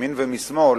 מימין ומשמאל,